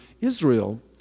Israel